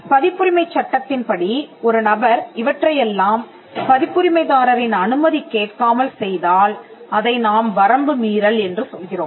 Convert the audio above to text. பதிப்புரிமைச் சட்டத்தின்படி ஒரு நபர் இவற்றையெல்லாம் பதிப்புரிமைதாரரின் அனுமதி கேட்காமல் செய்தால் அதை நாம் வரம்பு மீறல் என்று சொல்கிறோம்